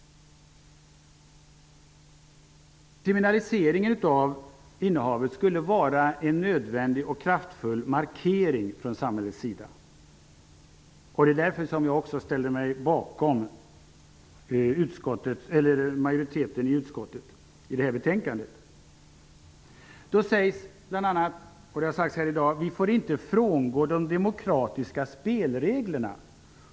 Kriminaliseringen av innehavet skulle vara en nödvändig och kraftfull markering från samhällets sida. Därför ställer jag mig bakom majoriteten i utskottet när det gäller detta betänkande. Det har bl.a. sagts här i dag att vi inte får frångå de demokratiska spelreglerna.